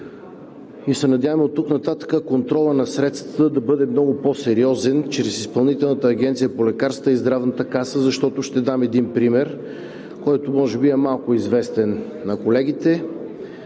и се надяваме оттук нататък контролът над средствата да бъде много по-сериозен чрез Изпълнителната агенция по лекарствата и Здравната каса, защото, ще дам един пример, който може би е малко известен на колегите